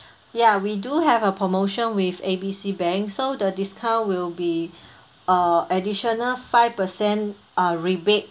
yeah we do have a promotion with A B C bank so the discount will be uh additional five percent ah rebate